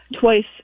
Twice